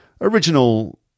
original